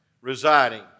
Residing